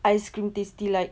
ice cream tasty like